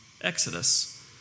Exodus